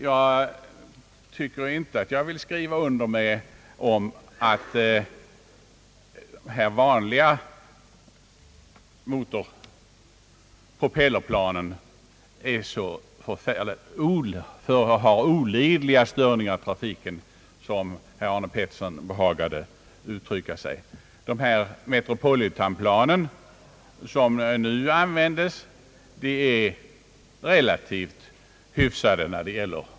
Jag vill inte skriva under på att de vanliga propellerplanen vållar olidiga störningar som herr Arne Pettersson uttryckte sig. Metropolitanplanen, som nu användes, förorsakar relativt litet buller.